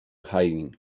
hiding